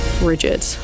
rigid